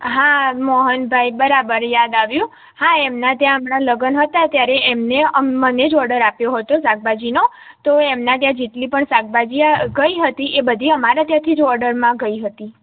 હા મોહન ભાઈ બરાબર યાદ આવ્યું હા એમના ત્યાં હમણાં લગ્ન હતા ત્યારે એમને મને જ ઓડર આપ્યો હતો શાકભાજીનો તો એમના ત્યાં જેટલી પણ શાકભાજી ગઈ હતી એ બધી અમારા ત્યાંથી જ ઓડરમાં ગઈ હતી